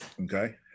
Okay